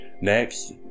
Next